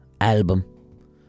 album